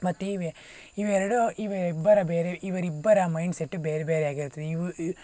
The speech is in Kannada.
ಮತ್ತೆ ಇವೆ ಇವೆರಡು ಇವು ಇಬ್ಬರ ಬೇರೆ ಇವರಿಬ್ಬರ ಮೈಂಡ್ ಸೆಟ್ ಬೇರೆ ಬೇರೆ ಆಗಿರುತ್ತದೆ ಇವು